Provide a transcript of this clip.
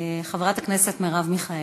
חברת הכנסת מרב מיכאלי.